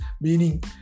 meaning